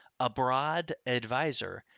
abroadadvisor